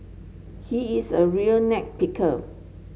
he is a real net picker